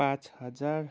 पाँच हजार